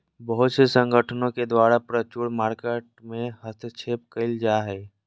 बहुत से संगठनों के द्वारा फ्यूचर मार्केट में हस्तक्षेप क़इल जा हइ